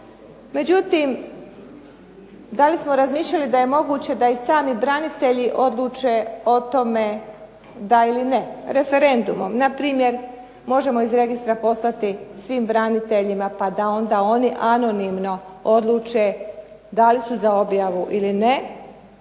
Međutim, da li smo razmišljali da li je moguće da i sami branitelji odluče o tome da ili ne, referendumom. Npr. možemo iz registra poslati svim braniteljima pa da oni anonimno odluče da li su za objavu ili ne.